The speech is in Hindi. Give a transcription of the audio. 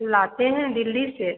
लाते हैं दिल्ली से